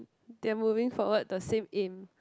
they're moving forward the same in